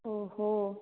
ओ हो